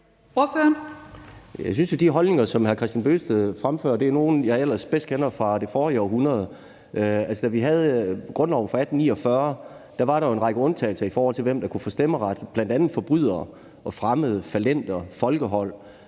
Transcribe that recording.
Jeg synes jo, at de holdninger, som hr. Kristian Bøgsted fremfører, er nogle, jeg ellers bedst kender fra det forrige århundrede. Da vi fik grundloven i 1849, var der jo en række undtagelser, i forhold til hvem der kunne få stemmeret, og det var bl.a. forbrydere, fremmede, fallenter, folkehold